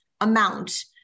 amount